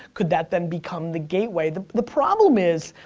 could that then become the gateway? the the problem is,